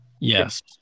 Yes